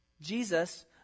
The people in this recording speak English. Jesus